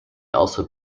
also